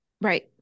Right